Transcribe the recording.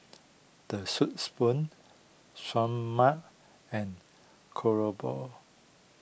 the Soup Spoon Seoul Mart and Krobourg